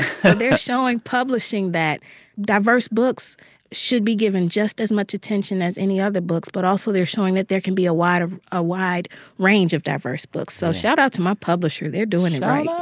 they're showing publishing that diverse books should be given just as much attention as any other books. but also, they're showing that there can be a wider a wide range of diverse books. so shout out to my publisher, they're doing it right